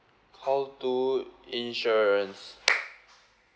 call two insurance